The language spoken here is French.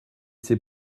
c’est